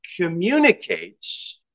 communicates